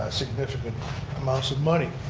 significant amounts of money.